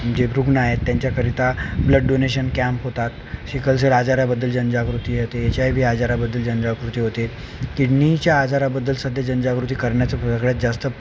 जे रुग्ण आहेत त्यांच्याकरिता ब्लड डोनेशन कॅम्प होतात सिकलसेल आजाराबद्दल जनजागृती होते एचआयव्ही आजाराबद्दल जनजागृती होते किडनीच्या आजाराबद्दल सध्या जनजागृती करण्याचा प सगळ्यात जास्त